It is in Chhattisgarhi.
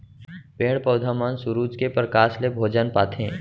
पेड़ पउधा मन सुरूज के परकास ले भोजन पाथें